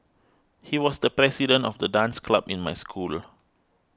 he was the president of the dance club in my school